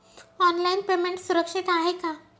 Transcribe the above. Online payment सुरक्षित आहे का?